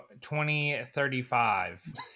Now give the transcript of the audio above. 2035